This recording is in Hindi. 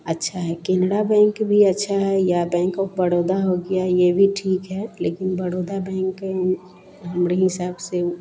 अच्छा है केनड़ा बैंक भी अच्छा है या बैंक ऑफ बड़ोदा हो गया यह भी ठीक है लेकिन बड़ोदा बैंक हमड़े हिसाब से